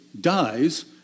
dies